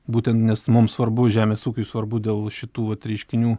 būtent nes mums svarbu žemės ūkiui svarbu dėl šitų vat reiškinių